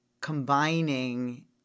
combining